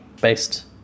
based